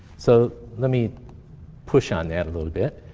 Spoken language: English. so let me push on that a little bit.